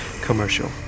commercial